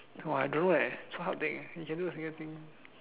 ah I don't know eh so hard think you can do a single thing